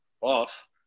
off